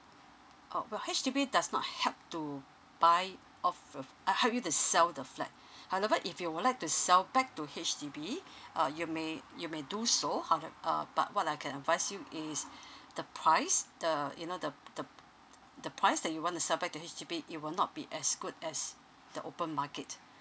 oh well H_D_B does not help to buy off your uh help you to sell the flat however if you would like to sell back to H_D_B uh you may you may do so howe~ uh but what I can advise you is the price the you know the p~ the p~ t~ the price that you want to sell back to H_D_B it will not be as good as the open market